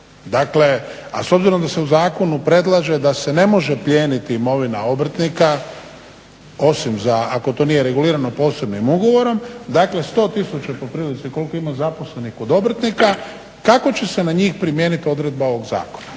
Dakle, a s obzirom da se u zakonu predlaže da se ne može plijeniti imovina obrtnika osim za ako to nije regulirano posebnim ugovorom. Dakle, 100000 po prilici koliko ima zaposlenih kod obrtnika kako će se na njih primijeniti odredba ovog zakona